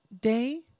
day